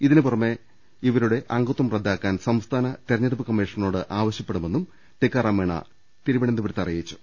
ഇതിനു പുറമെ ഇവരുടെ അംഗത്വം റദ്ദാക്കാൻ സംസ്ഥാന തെരഞ്ഞെടുപ്പ് കമ്മീഷനോട് ആവശ്യപ്പെടു മെന്നും ടിക്കാറാം മീണ തിരുവനന്തപുരത്ത് അറിയിച്ചു